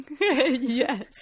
Yes